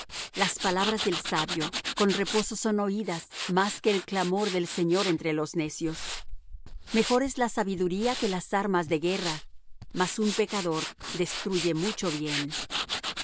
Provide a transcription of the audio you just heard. las palabras del sabio con reposo son oídas más que el clamor del señor entre los necios mejor es la sabiduría que las armas de guerra mas un pecador destruye mucho bien